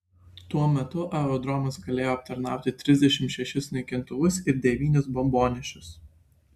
tuo metu aerodromas galėjo aptarnauti trisdešimt šešis naikintuvus ir devynis bombonešius